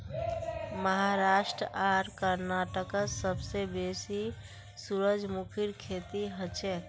महाराष्ट्र आर कर्नाटकत सबसे बेसी सूरजमुखीर खेती हछेक